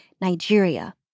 Nigeria